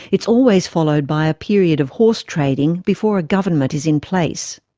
it's always followed by a period of horse-trading before a government is in place.